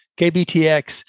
KBTX